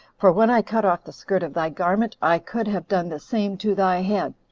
for when i cut off the skirt of thy garment, i could have done the same to thy head.